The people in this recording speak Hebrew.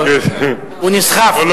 הוא נסחף, חבר הכנסת דב חנין.